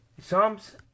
Psalms